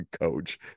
coach